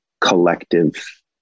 collective